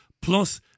plus